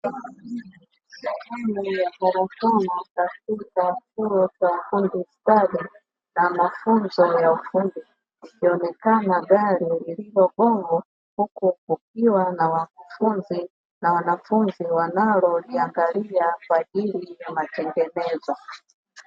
Sehemu ya karakana katika chuo cha ufundi stadi na mafunzo ya ufundi ikionekana gari lilipo bovu, huku kukiwa na wakufunzi na wanafunzi wanaoliangalia kwa ajili ya matengenezo.